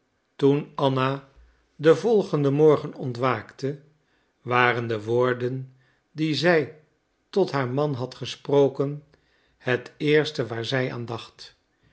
toen anna den volgenden morgen ontwaakte waren de woorden die zij tot haar man had gesproken het eerste waar zij